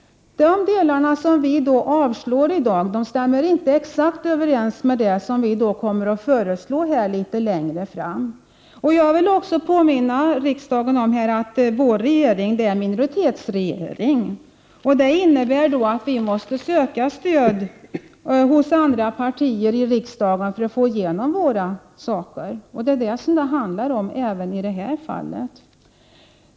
De delar av förslaget som vi socialdemokrater i dag avstyrker stämmer inte exakt överens med det som vi kommer att föreslå litet längre fram. Jag vill påminna riksdagen om att den socialdemokratiska regeringen är en minoritetsregering. Det innebär att vi måste söka stöd hos andra partier i riksdagen för att få igenom våra förslag. Det gäller även i det här fallet.